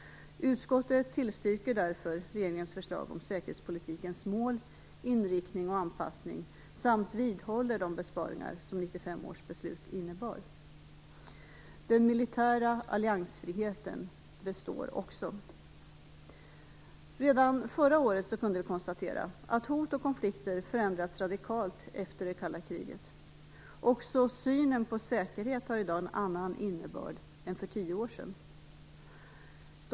Utskottet tillstyrker därför regeringens förslag om säkerhetspolitikens mål, inriktning och anpassning samt vidhåller de besparingar som 1995 års beslut innebar. Den militära alliansfriheten består också. Redan förra året kunde vi konstatera att hot och konflikter förändrats radikalt efter det kalla kriget. Också synen på säkerhet har i dag en annan innebörd än för tio år sedan.